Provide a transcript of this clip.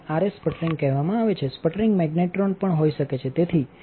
sputtering કહેવામાં આવે છેસ્પટરિંગ મેગ્નેટ્રોન પણ હોઈ શકે છે